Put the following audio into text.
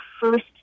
first